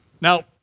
Now